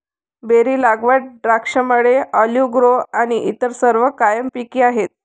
berry लागवड, द्राक्षमळे, olive grove आणि इतर सर्व कायम पिके आहेत